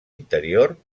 interior